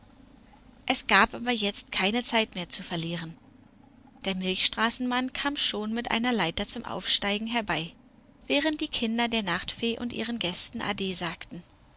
es gab aber jetzt keine zeit mehr zu verlieren der milchstraßenmann kam schon mit einer leiter zum aufsteigen herbei während die kinder der nachtfee und ihren gästen ade sagten